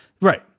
right